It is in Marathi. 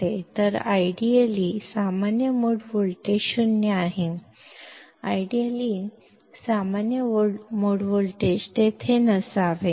तर आदर्शपणे सामान्य मोड व्होल्टेज 0 आहे आदर्शपणे सामान्य मोड व्होल्टेज तेथे नसावे